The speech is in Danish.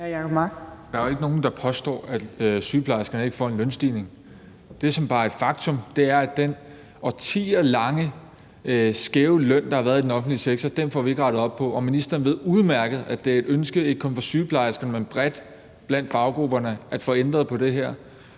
heller ikke nogen, der påstår, at sygeplejerskerne ikke får en lønstigning. Det, som bare er et faktum, er, at den årtierlange skæve løn, der har været i den offentlige sektor, får vi ikke rettet op på, og ministeren ved udmærket, at det er et ønske ikke kun fra sygeplejerskerne, men bredt blandt faggrupperne, at få ændret på det her.